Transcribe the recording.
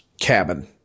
cabin